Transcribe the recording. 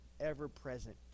ever-present